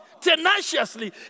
tenaciously